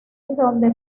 donde